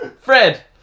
Fred